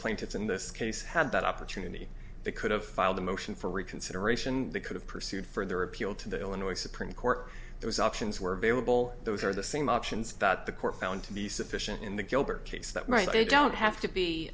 plaintiffs in this case had that opportunity they could have filed a motion for reconsideration they could have pursued further appeal to the illinois supreme court those options were available those are the same options that the court found to be sufficient in the gilbert case that right they don't have to be